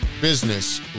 business